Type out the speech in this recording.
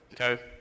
Okay